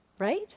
Right